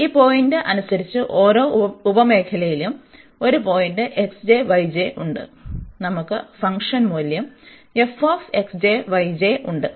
ഈ പോയിന്റിന് അനുസരിച്ച് ഓരോ ഉപമേഖലയിലും ഒരു പോയിന്റ് ഉണ്ട് നമുക്ക് ഫംഗ്ഷൻ മൂല്യം ഉണ്ട്